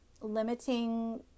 limiting